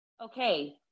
okay